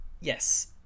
yes